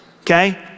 okay